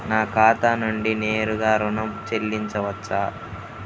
నా ఖాతా నుండి నేరుగా ఋణం చెల్లించవచ్చా?